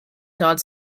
todd